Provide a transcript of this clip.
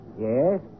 Yes